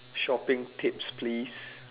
shopping tips please